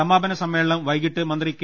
സമാപന സമ്മേളനം വൈകീട്ട് മന്ത്രി കെ